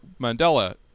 Mandela